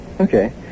Okay